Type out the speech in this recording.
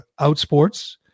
Outsports